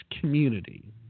community